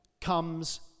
comes